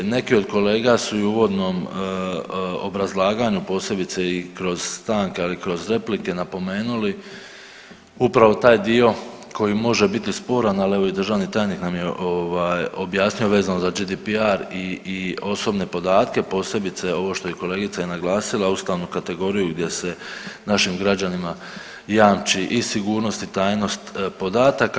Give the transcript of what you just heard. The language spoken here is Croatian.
Neki od kolega su i u uvodnom obrazlaganju posebice i kroz stanke i kroz replike napomenuli upravo taj dio koji može biti sporan, ali evo i državni tajnik nam je objasnio vezano za GDPR i osobne podatke posebice ovo što je i kolegica naglasila ustavnu kategoriju gdje se našim građanima jamči i sigurnost i tajnost podataka.